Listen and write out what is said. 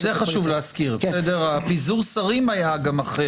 גם זה חשוב להזכיר, גם פיזור השרים היה אחר.